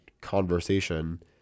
conversation